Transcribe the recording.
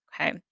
okay